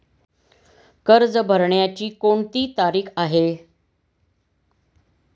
कर्ज भरण्याची कोणती तारीख आहे?